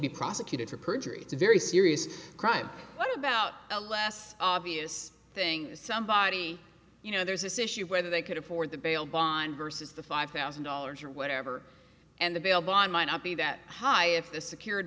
be prosecuted for perjury it's a very serious crime what about a less obvious thing somebody you know there's this issue of whether they could afford the bail bond versus the five thousand dollars or whatever and the bail bond might not be that high if the secured